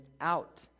out